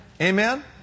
Amen